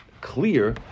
clear